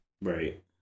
right